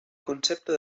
concepte